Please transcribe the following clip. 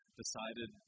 decided